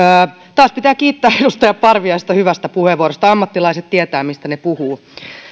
taas pitää kiittää edustaja parviaista hyvästä puheenvuorosta ammattilaiset tietävät mistä he puhuvat